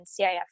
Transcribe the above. CIF